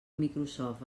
microsoft